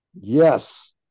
yes